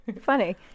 Funny